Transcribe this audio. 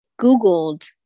Googled